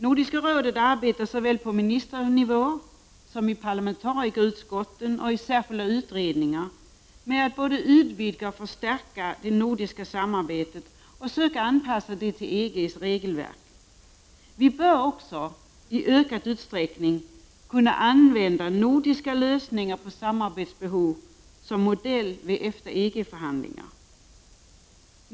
Nordiska rådet arbetar såväl på ministernivå som i parlamentarikerutskotten och i särskilda utredningar med att utvidga och förstärka det nordiska samarbetet och söka anpassa det till EG:s regelverk. Vi bör också i ökad utsträckning kunna använda nordiska lösningar på samarbetsbehov som modell vid EFTA-EG-förhandlingar.